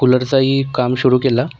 कूलरचाही काम सुरू केला